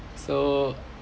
so